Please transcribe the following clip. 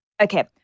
Okay